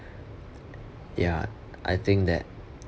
ya I think that